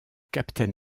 captain